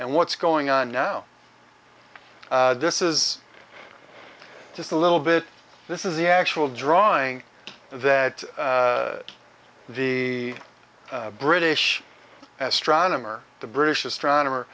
and what's going on now this is just a little bit this is the actual drawing that the british astronomer the british astronomer